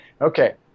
Okay